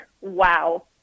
Wow